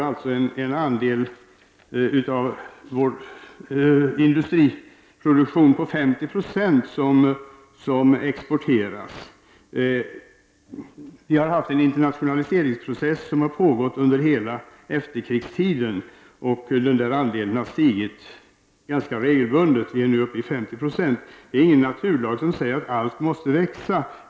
Den andel av vår industriproduktion som exporteras uppgår nu till 50 96. Vi har haft en internationaliseringsprocess som har pågått under hela efterkrigstiden, och exportandelen av vår industriproduktion har under denna tid stigit ganska regelbundet. Den är nu uppe 50 96. Det finns ingen naturlag som säger att allt måste växa.